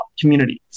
communities